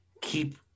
keep